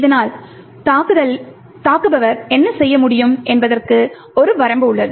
இதனால் தாக்குபவர் என்ன செய்ய முடியும் என்பதற்கு ஒரு வரம்பு உள்ளது